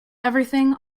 everything